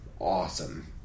awesome